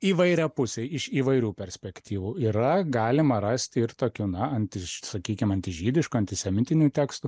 įvairiapusiai iš įvairių perspektyvų yra galima rasti ir tokių na anti sakykim antižydiškų antisemitinių tekstų